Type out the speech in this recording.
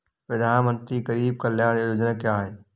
प्रधानमंत्री गरीब कल्याण योजना क्या है?